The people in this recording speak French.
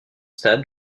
stades